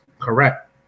correct